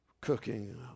cooking